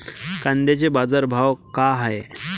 कांद्याचे बाजार भाव का हाये?